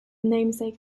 namesake